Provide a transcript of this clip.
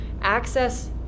Access